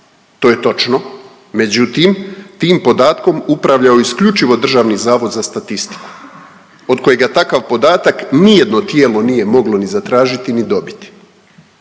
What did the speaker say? To je točno, međutim tim podatkom upravljao je isključivo Državni zavod za statistiku od kojega takav podatak ni jedno tijelo nije moglo ni zatražiti ni dobiti,